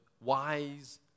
wise